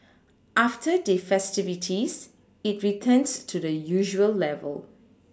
after the festivities it returns to the usual level